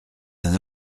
d’un